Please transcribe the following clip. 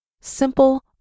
simple